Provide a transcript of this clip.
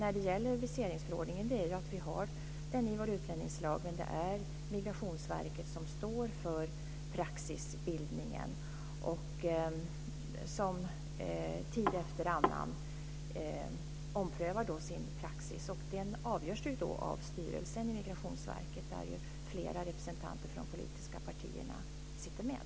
Vi har viseringsförordningen i vår utlänningslag, men det är Migrationsverket som står för praxisbildningen och som tid efter annan omprövar sin praxis. Den avgörs av styrelsen i Migrationsverket där flera representanter från de politiska partierna sitter med.